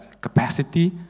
capacity